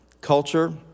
culture